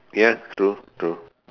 ya it's true true